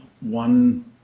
one